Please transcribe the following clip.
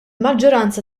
maġġoranza